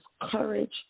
courage